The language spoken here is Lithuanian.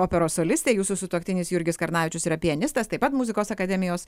operos solistė jūsų sutuoktinis jurgis karnavičius yra pianistas taip pat muzikos akademijos